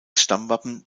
stammwappen